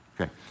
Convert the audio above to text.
Okay